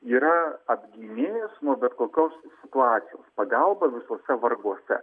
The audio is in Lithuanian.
yra apgynėjęs nuo bet kokios tai situacijos pagalba visuose varguose